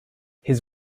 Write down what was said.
his